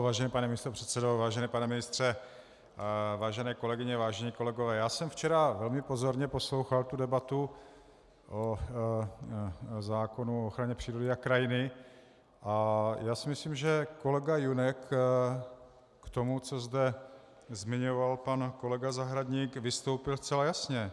Vážený pane místopředsedo, vážený pane ministře, vážené kolegyně, vážení kolegové, já jsem včera velmi pozorně poslouchal tu debatu o zákonu o ochraně přírody a krajiny a myslím si, že kolega Junek k tomu, co zde zmiňoval pan kolega Zahradník, vystoupil zcela jasně.